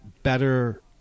better